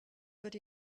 good